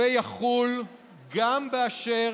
ויחול גם באשר